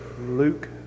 Luke